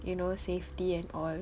you know safety and all